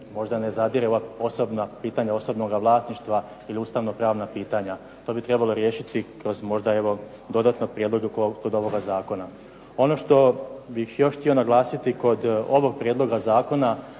možda ne zadire u ova pitanja osobnoga vlasništva ili ustavno-pravna pitanja. To bi trebalo riješiti kroz možda evo dodatni prijedlog kod ovoga zakona. Ono što bih još htio naglasiti kod ovog prijedloga zakona,